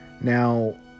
Now